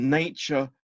nature